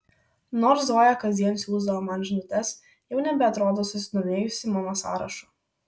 nors zoja kasdien siųsdavo man žinutes jau nebeatrodo susidomėjusi mano sąrašu